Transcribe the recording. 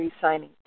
signing